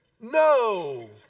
no